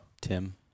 Tim